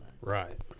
Right